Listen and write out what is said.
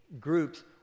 groups